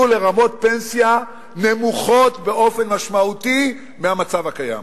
לרמות פנסיה נמוכות באופן משמעותי מהמצב הקיים.